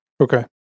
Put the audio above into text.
Okay